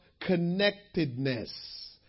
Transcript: connectedness